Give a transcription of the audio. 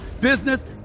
business